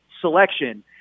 selection